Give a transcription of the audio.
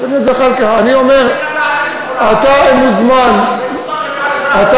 אני רוצה לדעת במפורש, זו זכותו של כל אזרח.